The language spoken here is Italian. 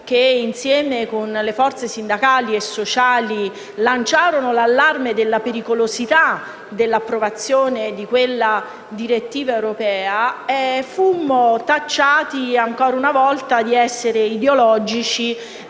che, insieme con le forze sindacali e sociali, lanciarono l'allarme sulla pericolosità dell'approvazione di quella direttiva europea, furono tacciati, ancora una volta, di essere ideologici